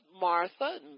Martha